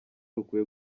rukwiye